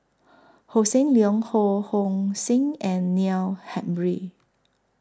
Hossan Leong Ho Hong Sing and Neil Humphreys